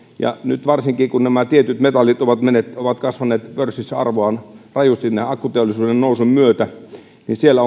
ja nyt varsinkin kun tietyt metallit ovat kasvaneet pörssissä arvoaan rajusti akkuteollisuuden nousun myötä siellä